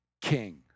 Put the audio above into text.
king